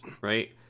right